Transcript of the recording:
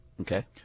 okay